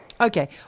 okay